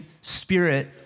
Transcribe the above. spirit